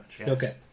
Okay